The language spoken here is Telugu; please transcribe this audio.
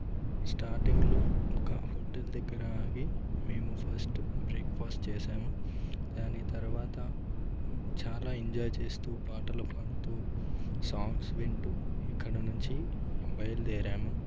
స్టార్టింగ్లో ఒక హోటల్ దగ్గరకి మేము ఫస్ట్ బ్రేక్ఫాస్ట్ చేసాము దాని తర్వాత చాలా ఎంజాయ్ చేస్తూ పాటలు పాడుతూ సాంగ్స్ వింటూ ఇక్కడ నుంచి బయలు దేరాము